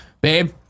babe